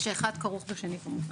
שאחד כרוך בשני כמובן,